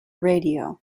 radio